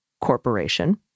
Corporation